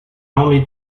only